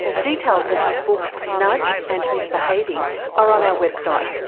details of his books nudge and misbehaving are on our website.